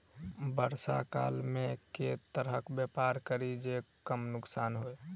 वर्षा काल मे केँ तरहक व्यापार करि जे कम नुकसान होइ?